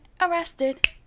arrested